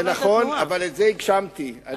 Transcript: זה נכון, אבל הגשמתי את זה.